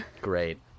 Great